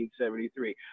1973